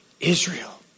israel